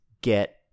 get